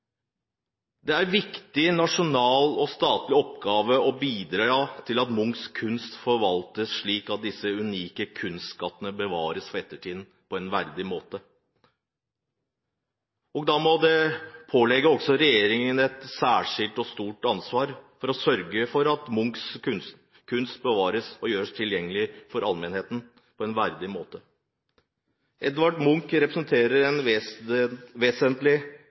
er en viktig nasjonal og statlig oppgave å bidra til at Munchs kunst forvaltes slik at disse unike kunstskattene bevares for ettertiden på en verdig måte. Da må det påligge også regjeringen et særskilt og stort ansvar for å sørge for at Munchs kunst bevares og gjøres tilgjengelig for allmennheten på en verdig måte. Edvard Munch representerer et vesentlig kapittel i norsk kunsthistorie, og Munchs malerier har en